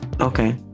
Okay